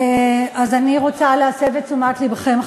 אז אני רוצה להסב את תשומת לבכם,